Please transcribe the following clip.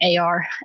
AR